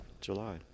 July